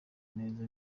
meza